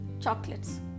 chocolates